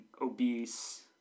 obese